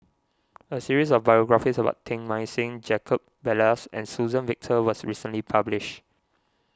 a series of biographies about Teng Mah Seng Jacob Ballas and Suzann Victor was recently published